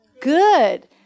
Good